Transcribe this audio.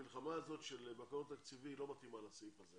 המלחמה הזאת של המקור התקציבי לא מתאימה לסעיף הזה.